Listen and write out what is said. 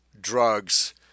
drugs